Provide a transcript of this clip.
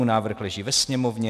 Návrh leží ve Sněmovně.